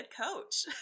coach